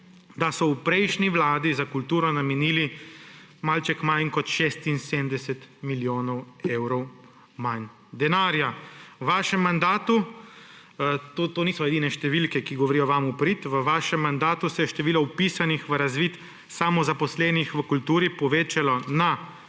da so v prejšnji vladi za kulturo namenili malce manj kot 76 milijonov evrov manj denarja. V vašem mandatu – to niso edine številke, ki govorijo vam v prid – se je število vpisanih v razvid samozaposlenih v kulturi povečalo na